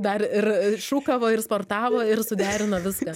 dar ir šūkavo ir sportavo ir suderino viską